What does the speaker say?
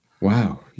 Wow